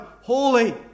holy